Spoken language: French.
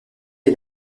est